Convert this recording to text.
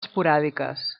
esporàdiques